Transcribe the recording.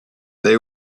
they